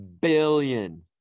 billion